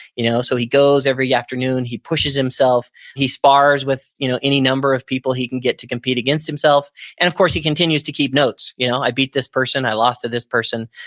you know so he goes every afternoon, he pushes himself, he spars with you know any number of people he can get to compete against himself and of course, he continues to keep notes. you know i beat this person, i lost to this person,